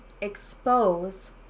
expose